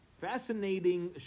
Fascinating